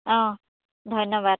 অঁ ধন্যবাদ